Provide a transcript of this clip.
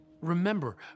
Remember